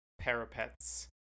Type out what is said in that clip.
parapets